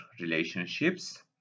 relationships